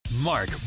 Mark